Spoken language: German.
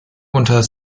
unter